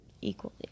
equally